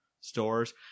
stores